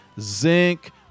zinc